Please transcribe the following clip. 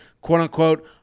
quote-unquote